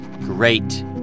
great